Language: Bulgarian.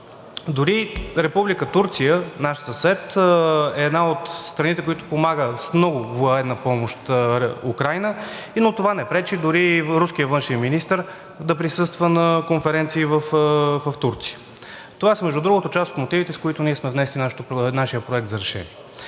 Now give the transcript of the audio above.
Дори Република Турция – наш съсед, е една от страните, които помагат с много военна помощ Украйна, но това не пречи руският външен министър да присъства на конференции в Турция. Това са, между другото, част от мотивите, с които сме внесли нашия проект за решение.